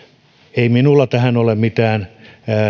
ei minulla tähän ole mitään